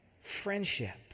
friendship